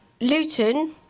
Luton